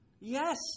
Yes